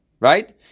Right